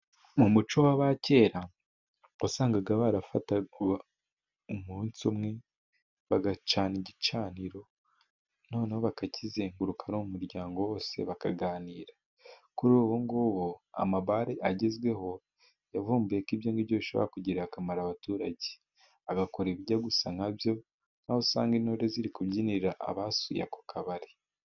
Mu muco w'abakera wasangaga bafata umunsi umwe bagacana igicaniro, noneho bakakizenguruka abo mu muryango wose bakaganira, kuri ubu ngubu amabare agezweho yavumbuyeko ibyo ari byo bishobora kugirira akamaro abaturage, bagakora ibijya gusa na byo nk'aho usanga intore ziri kubyinira abasuye ako kabari.